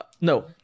no